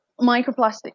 microplastic